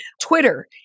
Twitter